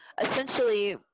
essentially